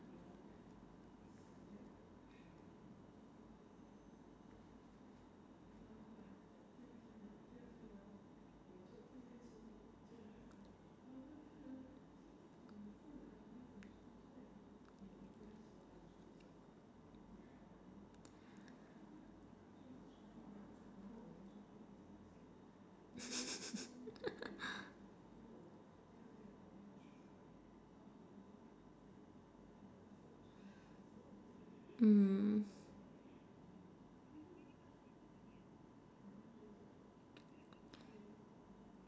mm